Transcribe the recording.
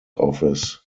office